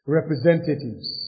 representatives